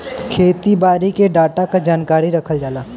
खेती बारी के डाटा क जानकारी रखल जाला